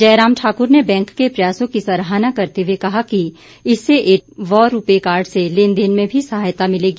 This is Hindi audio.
जयराम ठाकुर ने बैंक के प्रयासों की सराहना करते हुए कहा कि इससे एटीएम व रूपेकार्ड से लेनदेन में भी सहायता मिलेगी